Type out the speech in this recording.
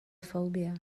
phobia